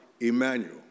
Emmanuel